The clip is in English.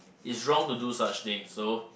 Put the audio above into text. it's wrong to do such things so